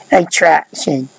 attraction